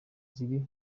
ziri